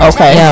Okay